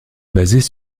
basées